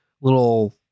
little